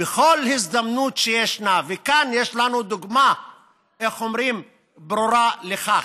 בכל הזדמנות שיש, וכאן יש לנו דוגמה ברורה לכך.